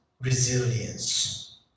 resilience